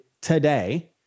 today